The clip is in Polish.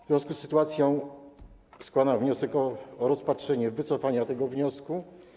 W związku z sytuacją składam wniosek o rozpatrzenie wycofania tego wniosku.